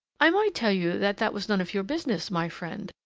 i might tell you that that was none of your business, my friend,